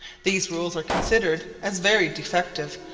these rules are considered as very defective,